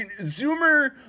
Zoomer